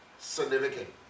significant